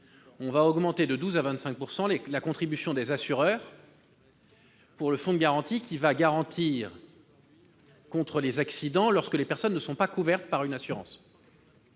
On va augmenter de 12 % à 25 % la contribution des assureurs à ce fonds, qui garantit contre les accidents les personnes qui ne sont pas couvertes par une assurance.